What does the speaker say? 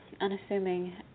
unassuming